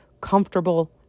comfortable